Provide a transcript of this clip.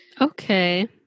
Okay